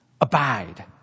Abide